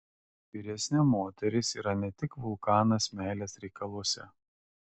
vyresnė moteris yra ne tik vulkanas meilės reikaluose